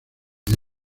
ese